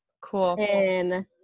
Cool